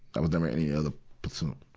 i was never in any other platoon,